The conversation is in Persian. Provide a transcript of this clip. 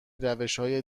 روشهای